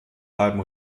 bleiben